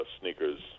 sneakers